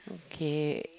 okay